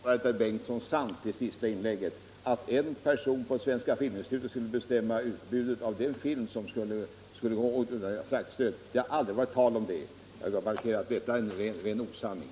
Herr talman! Jag skall inte förlänga den här debatten, men jag måste reagera när herr Torsten Bengtson nu säger att en enda person i Svenska filminstitutet skulle bestämma vilka filmer som skall få fraktstöd. Det har aldrig varit tal om detta. Jag vill poängtera att det är ren osanning.